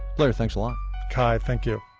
blair, thanks a lot kai, thank you